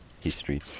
history